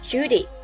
Judy